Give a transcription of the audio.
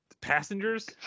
Passengers